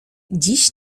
dziś